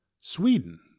Sweden